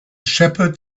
shepherd